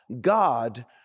God